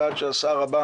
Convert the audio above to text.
ועד שהשר הבא